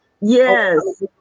yes